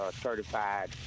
certified